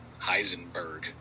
Heisenberg